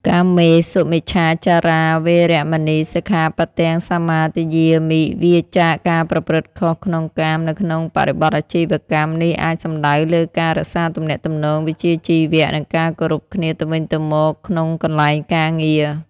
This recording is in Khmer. កាមេសុមិច្ឆាចារា វេរមណី សិក្ខាបទំ សមាទិយាមិ វៀរចាកការប្រព្រឹត្តខុសក្នុងកាម នៅក្នុងបរិបទអាជីវកម្ម នេះអាចសំដៅលើការរក្សាទំនាក់ទំនងវិជ្ជាជីវៈ និងការគោរពគ្នាទៅវិញទៅមកក្នុងកន្លែងការងារ។